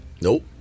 Nope